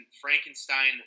Frankenstein